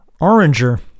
Oranger